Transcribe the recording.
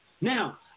Now